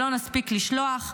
שלא נספיק לשלוח.